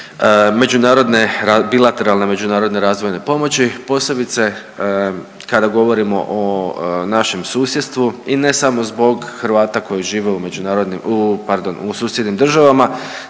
bilateralne međunarodne razvojne pomoći posebice kada govorimo o našem susjedstvu. I ne samo zbog Hrvata koji žive u međunarodnim,